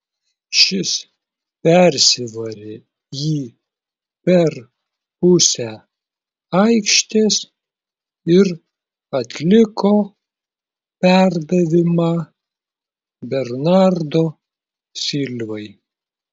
šis persivarė jį per pusę aikštės ir atliko perdavimą bernardo silvai